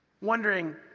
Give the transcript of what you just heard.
wondering